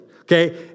okay